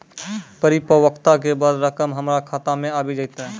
परिपक्वता के बाद रकम हमरा खाता मे आबी जेतै?